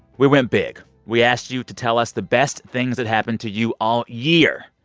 we went big. we asked you to tell us the best things that happened to you all year.